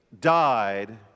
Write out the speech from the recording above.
died